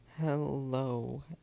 Hello